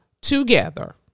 together